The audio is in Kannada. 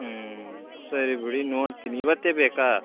ಹ್ಞೂ ಸರಿ ಬಿಡಿ ನೋಡ್ತೀನಿ ಇವತ್ತೇ ಬೇಕಾ